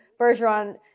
Bergeron